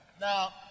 Now